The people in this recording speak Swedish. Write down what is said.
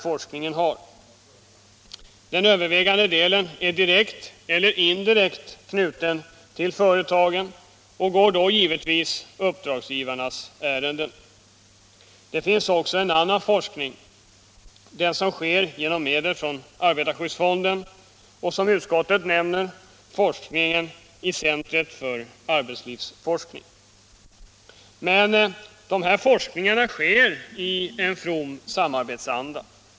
Den övervägande delen av forskningen är direkt eller indirekt knuten till företagen och går givetvis uppdragsgivarnas ärenden. Det finns också en annan forskning som bedrivs genom medel från arbetarskyddsfonden, och det finns den forskning som bedrivs i centret för arbetslivsforskning, som utskottet nämner. Men dessa forskningar sker i from samarbetsanda.